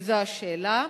וזו השאלה: